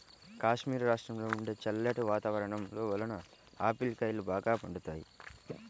కాశ్మీరు రాష్ట్రంలో ఉండే చల్లటి వాతావరణం వలన ఆపిల్ కాయలు బాగా పండుతాయి